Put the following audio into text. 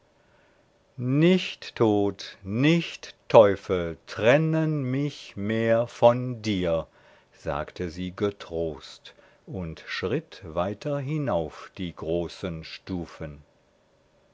nicht tod nicht teufel trennen mich mehr von dir sagte sie getrost und schritt weiter hinauf die großen stufen